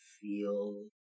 feel